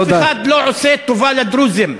אף אחד לא עושה טובה לדרוזים.